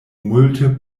multe